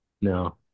No